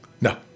no